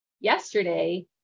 yesterday